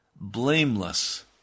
blameless